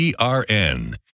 ERN